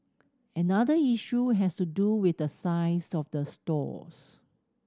another issue has to do with the size of the stalls